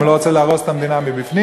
אם הוא לא רוצה להרוס את המדינה מבפנים,